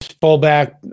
fullback